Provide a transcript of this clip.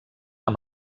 amb